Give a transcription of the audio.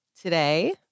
Today